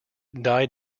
died